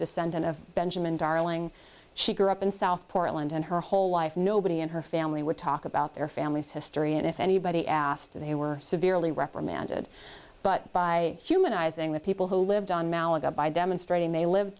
descendant of benjamin darling she grew up in south portland and her whole life nobody in her family would talk about their family's history and if anybody asked if they were severely reprimanded but by humanizing the people who lived in malaga by demonstrating they live